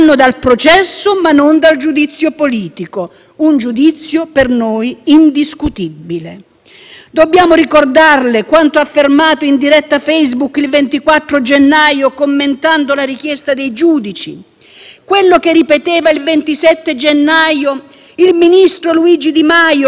Dobbiamo ricordarle quanto affermato in diretta Facebook il 24 gennaio commentando la richiesta dei giudici; quello che ripeteva il 27 gennaio il ministro Luigi Di Maio quando diceva: «voteremo sì all'autorizzazione a procedere per Salvini, lo vuole anche lui».